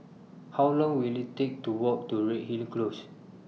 How Long Will IT Take to Walk to Redhill Close